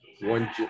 one